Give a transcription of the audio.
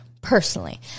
personally